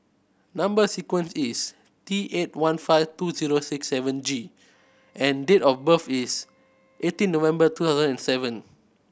number sequence is T eight one five two zero six seven G and date of birth is eighteen November two thousand and seven